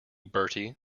bertie